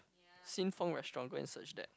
Sin Fong restaurant go and search that